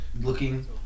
looking